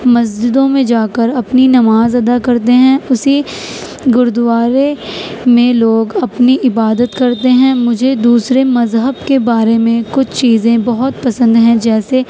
مسجدوں میں جا کر اپنی نماز ادا کرتے ہیں اسی گرودوارے میں لوگ اپنی عبادت کرتے ہیں مجھے دوسرے مذہب کے بارے میں کچھ چیزیں بہت پسند ہیں جیسے